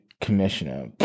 Commissioner